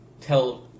tell